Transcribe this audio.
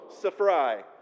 Safrai